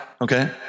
Okay